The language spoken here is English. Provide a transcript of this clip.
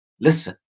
listen